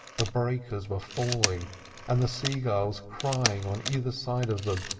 the breakers were falling and the sea-gulls crying on either side of them,